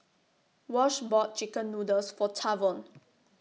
Wash bought Chicken Noodles For Tavon